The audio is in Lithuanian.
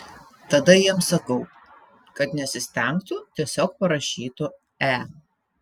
tada jiems sakau kad nesistengtų tiesiog parašytų e